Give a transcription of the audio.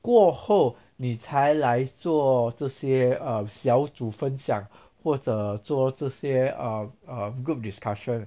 过后你才来做这些 um 小组分享或者做这些 um um group discussion